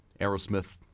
Aerosmith